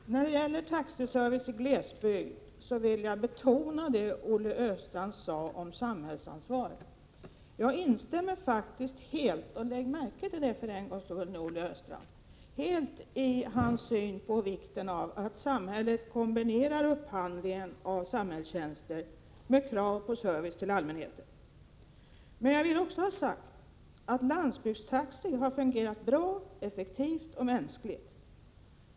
Fru talman! När det gäller taxiservice i glesbygd vill jag betona det Olle Östrand sade om samhällsansvar. Lägg märke till, Olle Östrand, att jag faktiskt helt instämmer i synen på vikten av att samhället kombinerar upphandlingen av samhällstjänster med krav på service till allmänheten. Jag anser att landsbygdstaxi har fungerat bra, effektivt och mänskligt.